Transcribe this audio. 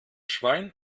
schwein